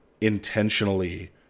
intentionally